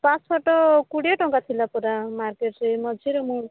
pass photo କୋଡ଼ିଏ ଟଙ୍କା ଥିଲା ପରା ମାର୍କେଟ୍ରେ ମଝିରେ ମୁଁ